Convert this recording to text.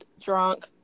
drunk